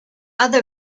other